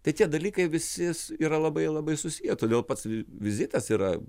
tai tie dalykai visis yra labai labai susiję todėl pats vizitas yra